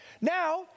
Now